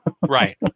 Right